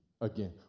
again